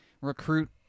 recruit